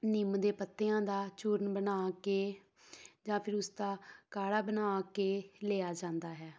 ਨਿੰਮ ਦੇ ਪੱਤਿਆਂ ਦਾ ਚੂਰਨ ਬਣਾ ਕੇ ਜਾਂ ਫਿਰ ਉਸਦਾ ਕਾੜ੍ਹਾ ਬਣਾ ਕੇ ਲਿਆ ਜਾਂਦਾ ਹੈ